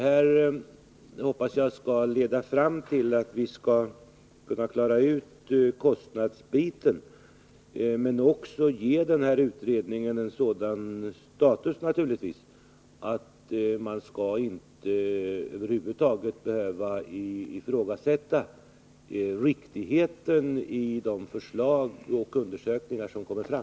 Jag hoppas att detta skall leda fram till att vi skall kunna klara ut kostnadsfrågan men också till att utredningen får en sådan status att man över huvud taget inte skall behöva ifrågasätta riktigheten i de förslag och undersökningsresultat som kommer fram.